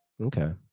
Okay